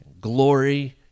glory